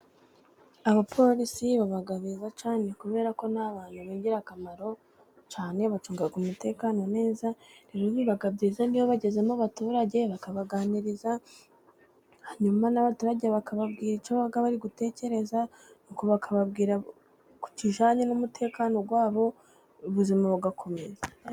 Abapolisi baba beza cyane kubera ko ni abantu b'ingirakamaro cyane, bacunga umutekano neza. Rero biba byiza, iyo bageze mu baturage bakabaganiriza, hanyuma n'abaturage bakababwira icyo baba bari gutekereza, n'uko bakababwira ku kijyanye n'umutekano wabo, ubuzima bugakomeza.